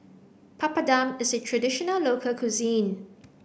papadum is a traditional local cuisine